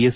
S